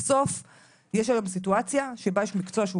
בסוף יש היום סיטואציה שבה יש מקצוע שהוא